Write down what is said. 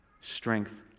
strength